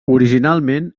originalment